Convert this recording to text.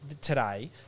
today